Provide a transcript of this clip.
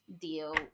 deal